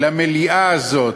למליאה הזאת,